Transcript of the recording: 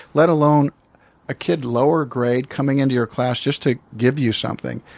let alone a kid lower grade coming into your class just to give you something.